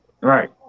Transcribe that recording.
right